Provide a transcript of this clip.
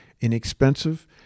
inexpensive